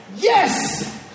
Yes